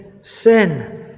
sin